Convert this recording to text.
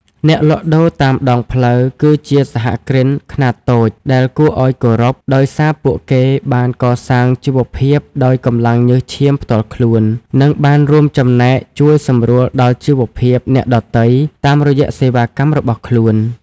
អ្នកលក់ដូរតាមដងផ្លូវគឺជាសហគ្រិនខ្នាតតូចដែលគួរឱ្យគោរព ដោយសារពួកគេបានកសាងជីវភាពដោយកម្លាំងញើសឈាមផ្ទាល់ខ្លួន និងបានរួមចំណែកជួយសម្រួលដល់ជីវភាពអ្នកដទៃតាមរយៈសេវាកម្មរបស់ខ្លួន។